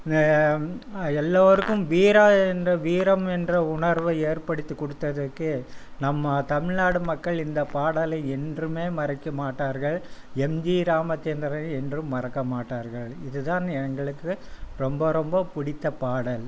எல்லோருக்கும் வீரா என்ற வீரம் என்ற உணர்வை ஏற்படுத்தி கொடுத்ததுக்கு நம்ம தமிழ்நாடு மக்கள் இந்த பாடலை என்றுமே மறக்க மாட்டார்கள் எம்ஜி ராமச்சந்திரனை என்றும் மறக்க மாட்டார்கள் இது தான் எங்களுக்கு ரொம்ப ரொம்ப பிடித்த பாடல்